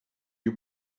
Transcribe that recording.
you